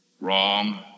wrong